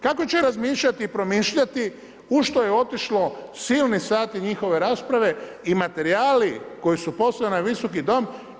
Kako će razmišljati i promišljati, u što su otišli silni sati njihove rasprave i materijali koji su poslani u ovoj Visoki dom?